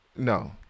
No